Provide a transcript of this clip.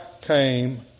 came